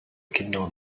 kinder